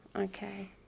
Okay